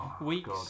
weeks